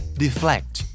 deflect